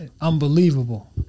Unbelievable